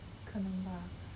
可能 bah